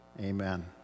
amen